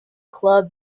club